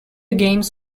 games